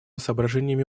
соображениями